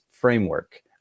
framework